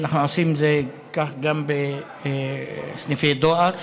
אנחנו עושים את זה כך גם בסניפי דואר,